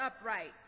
upright